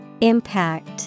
Impact